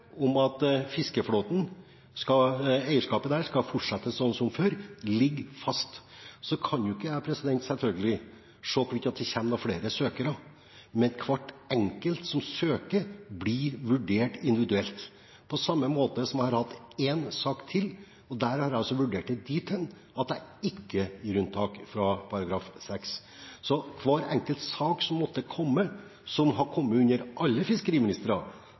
om at eierskapet i fiskeflåten skal fortsette som før, ligger fast. Så kan jeg selvfølgelig ikke se om det kommer noen flere søkere, men hver enkelt som søker, blir vurdert individuelt. Jeg har hatt én sak til, og der har jeg altså vurdert det dit hen at jeg ikke gir unntak fra § 6. Så hver enkelt sak som måtte komme, som har kommet under alle fiskeriministre,